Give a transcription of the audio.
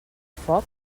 foc